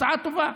זו הצעה טובה,